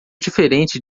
diferente